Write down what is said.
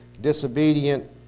disobedient